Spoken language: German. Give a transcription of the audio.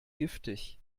giftig